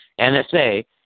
NSA